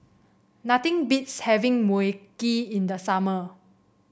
nothing beats having Mui Kee in the summer